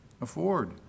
afford